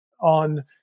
on